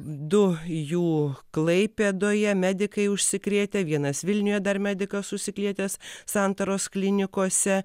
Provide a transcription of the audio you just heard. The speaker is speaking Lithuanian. du jų klaipėdoje medikai užsikrėtę vienas vilniuje dar medikas užsikrėtęs santaros klinikose